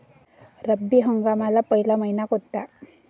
रब्बी हंगामातला पयला मइना कोनता?